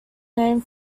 name